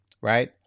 right